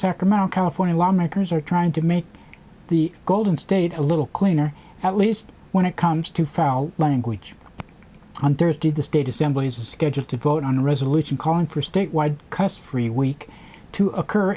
sacramento california lawmakers are trying to make the golden state a little cleaner at least when it comes to foul language on thursday the state assembly is scheduled to vote on a resolution calling for a statewide cust free week to occur